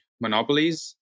monopolies